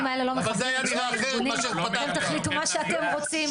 אבל זה היה נראה אחרת -- אתם תחליטו מה שאתם רוצים,